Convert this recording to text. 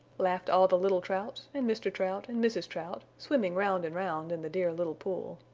laughed all the little trouts and mr. trout and mrs. trout, swimming round and round in the dear little pool.